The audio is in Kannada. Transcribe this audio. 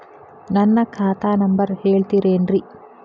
ನನ್ನ ಖಾತಾ ನಂಬರ್ ಹೇಳ್ತಿರೇನ್ರಿ?